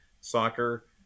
soccer